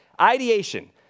Ideation